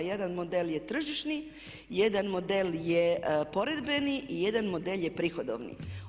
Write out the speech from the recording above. Jedan model je tržišni, jedan model je poredbeni i jedan model je prihodovni.